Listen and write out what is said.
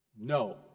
No